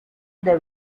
their